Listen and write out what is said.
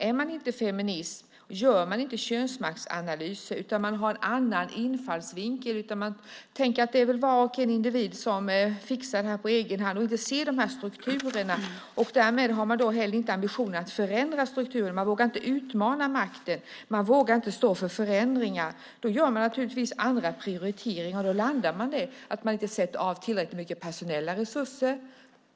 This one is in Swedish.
Är man inte feminist och gör könsmaktsanalyser utan har en annan infallsvinkel och tänker att det är upp till var och en att fixa detta på egen hand ser man inte strukturerna och har därmed inte ambitionen att förändra strukturen, våga utmana makten och våga stå för förändringar. Då gör man andra prioriteringar och landar i att man inte sätter av tillräckligt mycket personella resurser.